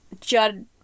Judd